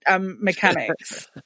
mechanics